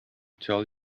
tell